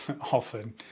often